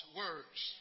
words